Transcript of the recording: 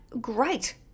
Great